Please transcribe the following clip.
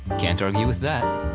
can't argue with that!